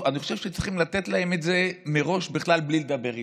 אני חושב שצריכים לתת להם את זה מראש בכלל בלי לדבר איתם,